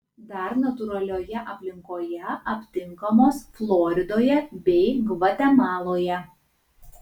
dar natūralioje aplinkoje aptinkamos floridoje bei gvatemaloje